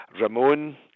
Ramon